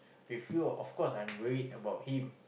we feel of course I am worry about him